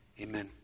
Amen